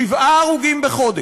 שבעה הרוגים בחודש.